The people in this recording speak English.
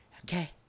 Okay